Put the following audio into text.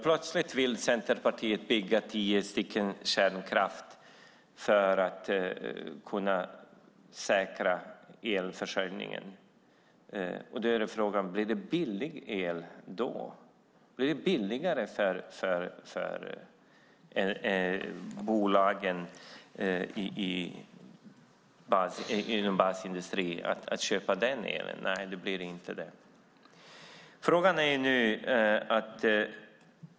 Plötsligt vill Centerpartiet bygga tio kärnkraftverk för att kunna säkra elförsörjningen. Blir det billigare el då? Blir det billigare för bolagen inom basindustrin att köpa den elen? Nej, det blir det inte.